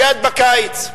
מייד בקיץ.